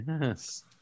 Yes